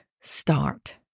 start